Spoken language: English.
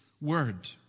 word